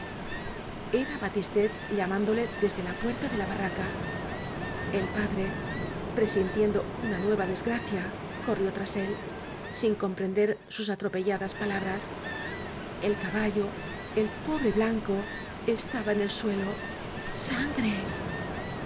era batistet llamándole desde la puerta ele la barraca el padre presintiendo una nue v blasco ibáñez va desgracia corrió tras él sin comprender sus atropelladas palabras el caballo el pobre blanco estaba en el suelo sano re